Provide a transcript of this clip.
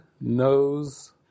knows